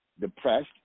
depressed